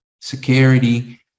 security